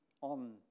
on